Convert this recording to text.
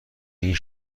این